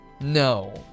No